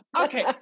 okay